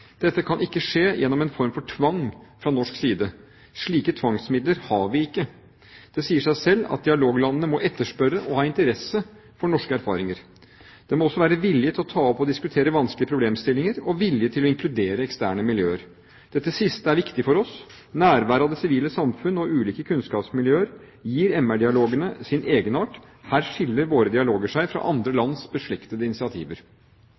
Dette kan ikke skje gjennom en form for tvang fra norsk side. Slike tvangsmidler har vi ikke. Det sier seg selv at dialoglandene må etterspørre og ha interesse for norske erfaringer. Det må også være vilje til å ta opp og diskutere vanskelige problemstillinger og vilje til å inkludere eksterne miljøer. Dette siste er viktig for oss – nærværet av det sivile samfunn og ulike kunnskapsmiljøer gir MR-dialogene sin egenart. Her skiller våre dialoger seg fra andre lands beslektede initiativer.